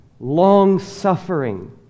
long-suffering